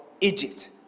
Egypt